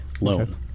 loan